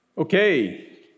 Okay